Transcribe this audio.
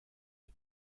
est